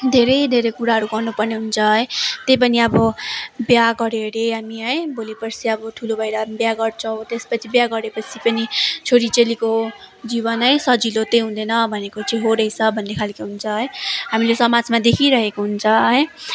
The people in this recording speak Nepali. धेरै धेरै कुराहरू गर्नुपर्ने हुन्छ है त्यही पनि अब बिहा गऱ्यो हरे हामी है भोलिपर्सी अब ठुलो भएर अब बिहा गर्छौँ त्यसपछि बिहा गरेपछि पनि छोरी चेलीको जीवन है सजिलो चाहिँ हुँदैन भनेको चाहिँ हो रैस भन्नेखाले हुन्छ है हामीले समाजमा देखिरहेको हुन्छ है